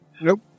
Nope